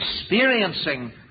experiencing